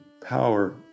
power